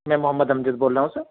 میں محمد امجد بول رہا ہوں سر